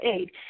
aid